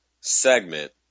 segment